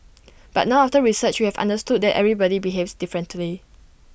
but now after research we have understood that everybody behaves differently